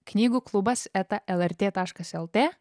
knygų klubas eta lrt taškas lt